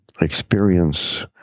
experience